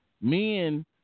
Men